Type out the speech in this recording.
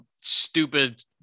stupid